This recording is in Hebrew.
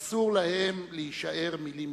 אסור להם להישאר מלים ריקות.